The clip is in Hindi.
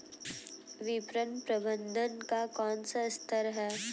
विपणन प्रबंधन का कौन सा स्तर है?